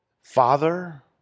father